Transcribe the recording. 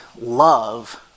love